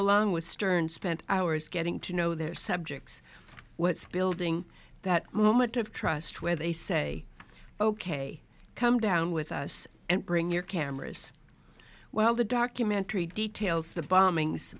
along with stern spent hours getting to know their subjects what's building that moment of trust where they say ok come down with us and bring your cameras well the documentary details the bombings